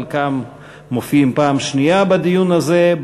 חלקם מופיעים פעם שנייה בדיון הזה,